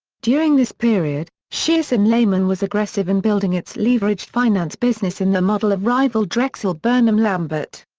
during this period, shearson lehman was aggressive in building its leveraged finance business in the model of rival drexel burnham lambert.